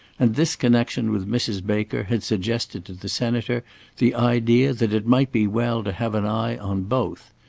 and this connection with mrs. baker had suggested to the senator the idea that it might be well to have an eye on both.